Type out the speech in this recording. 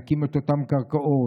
לעבוד את אותן קרקעות,